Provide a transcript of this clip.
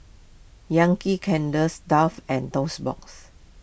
Yankee Candles Dove and Toast Box